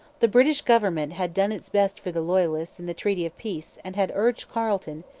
the british government had done its best for the loyalists in the treaty of peace and had urged carleton,